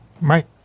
Right